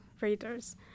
readers